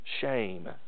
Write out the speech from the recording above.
shame